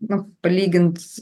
na palygint